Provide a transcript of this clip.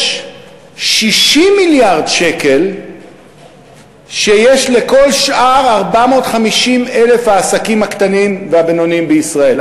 יש 60 מיליארד שקל לכל שאר 450,000 העסקים הקטנים והבינוניים בישראל.